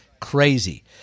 crazy